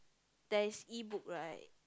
there is e-book right